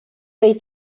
dei